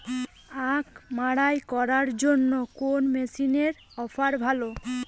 আখ মাড়াই করার জন্য কোন মেশিনের অফার ভালো?